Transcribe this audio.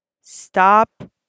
stop